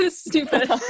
stupid